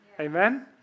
Amen